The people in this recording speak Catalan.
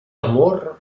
amor